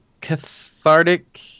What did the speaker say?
cathartic